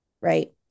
right